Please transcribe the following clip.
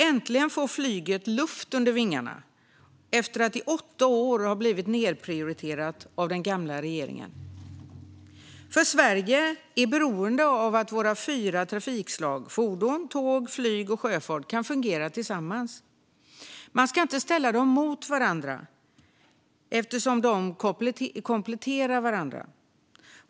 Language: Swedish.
Äntligen får flyget luft under vingarna efter att i åtta år ha blivit nedprioriterat av den gamla regeringen. Sverige är beroende av att våra fyra trafikslag - fordon, tåg, flyg och sjöfart - kan fungera tillsammans. Man ska inte ställa dem mot varandra eftersom de kompletterar varandra.